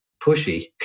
pushy